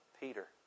Peter